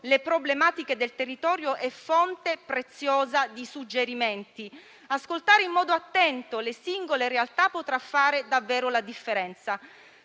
le problematiche del territorio è fonte preziosa di suggerimenti. Ascoltare in modo attento le singole realtà potrà fare davvero la differenza.